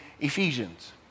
Ephesians